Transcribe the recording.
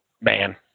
Man